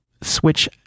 switch